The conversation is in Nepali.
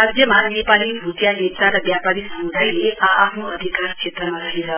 राज्यमा नेपाली भुटिया लेप्चा र व्यापारी समुदायले आ आफ्नो अधिकार क्षेत्रमा रहेर